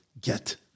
get